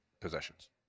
possessions